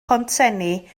pontsenni